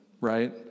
right